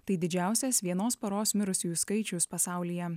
tai didžiausias vienos paros mirusiųjų skaičius pasaulyje